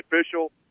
official